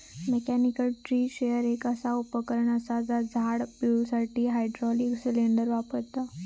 mechanical tree shaker एक असा उपकरण असा जा झाड पिळुसाठी हायड्रॉलिक सिलेंडर वापरता